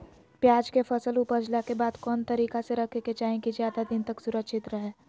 प्याज के फसल ऊपजला के बाद कौन तरीका से रखे के चाही की ज्यादा दिन तक सुरक्षित रहय?